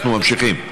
אנחנו ממשיכים.